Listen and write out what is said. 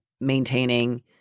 maintaining